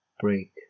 Break